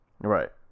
Right